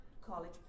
college